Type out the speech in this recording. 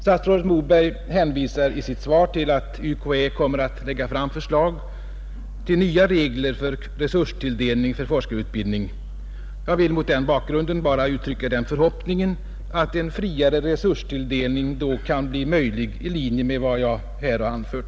Statsrådet Moberg hänvisar i sitt svar till att UKÄ kommer att lägga fram förslag till nya regler för resurstilldelning till forskarutbildning. Jag vill mot den bakgrunden bara uttrycka förhoppningen att en friare resurstilldelning då kan bli möjlig, i linje med vad jag här har anfört.